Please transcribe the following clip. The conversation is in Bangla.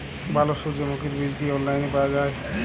ভালো সূর্যমুখির বীজ কি অনলাইনে পাওয়া যায়?